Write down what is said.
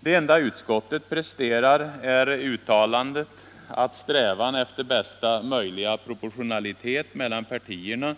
Det enda utskottet presterar är uttalandet att strävan efter bästa möjliga proportionalitet mellan partierna